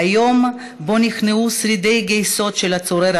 היום שבו נכנעו שרידי הגייסות של הצורר